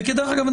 כדרך אגב,